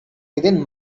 within